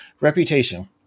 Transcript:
Reputation